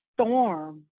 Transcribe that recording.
storm